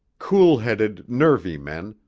cool-headed nervy men,